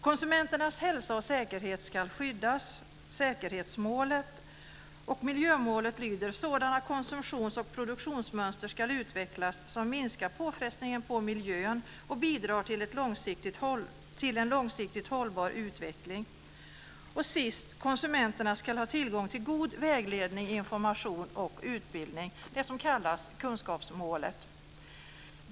· Konsumenternas hälsa och säkerhet ska skyddas -· Sådana konsumtions och produktionsmönster ska utvecklas som minskar påfrestningen på miljön och bidrar till en långsiktigt hållbar utveckling -· Konsumenterna ska ha tillgång till god vägledning, information och utbildning - det som kallas kunskapsmålet.